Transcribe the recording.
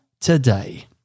today